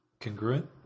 congruent